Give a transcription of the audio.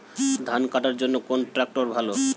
ধান কাটার জন্য কোন ট্রাক্টর ভালো?